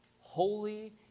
holy